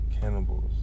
Cannibals